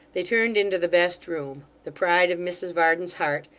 they turned into the best room the pride of mrs varden's heart,